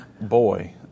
boy